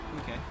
Okay